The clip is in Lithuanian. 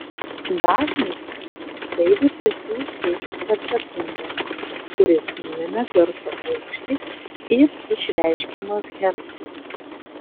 dažnis tai virpesių skaičius per sekundę kuris nulemia garso aukštį ir išreiškiamas hercais